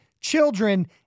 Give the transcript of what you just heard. children